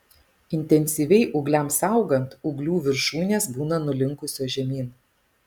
intensyviai ūgliams augant ūglių viršūnės būna nulinkusios žemyn